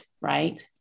right